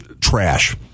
trash